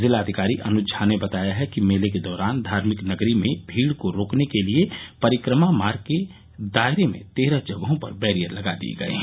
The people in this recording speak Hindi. ज़िलाधिकारी अनुज झा ने बताया है कि मेले के दौरान धार्मिक नगरी में भीड़ को रोकने के लिये परिक्रमा मार्ग के दायरे में तेरह जगहों पर वैरियर लगा दिये गये हैं